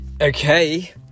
Okay